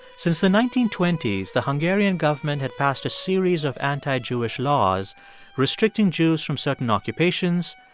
since the nineteen twenty s, the hungarian government had passed a series of anti-jewish laws restricting jews from certain occupations,